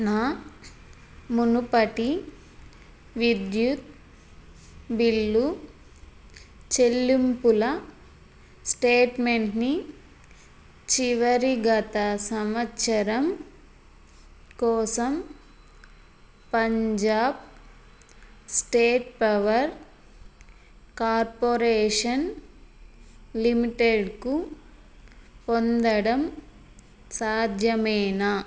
నా మునుపటి విద్యుత్ బిల్లు చెల్లింపుల స్టేట్మెంట్ని చివరి గత సంవత్సరం కోసం పంజాబ్ స్టేట్ పవర్ కార్పొరేషన్ లిమిటెడ్కు పొందడం సాధ్యమేనా